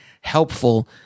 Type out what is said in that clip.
helpful